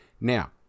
now